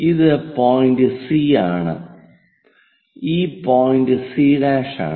ഇത് point C ആണ് ഈ പോയിന്റ് സി' C' ആണ്